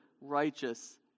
righteous